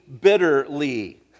bitterly